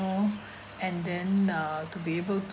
you know and then uh to be able to